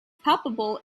palpable